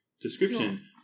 description